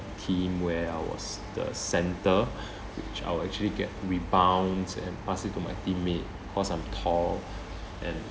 team where I was the centre which I'll actually get rebounds and pass it to my teammate cause I'm tall and